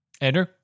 Andrew